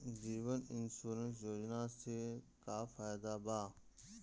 जीवन insurance योजना से का फायदा बा?